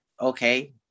Okay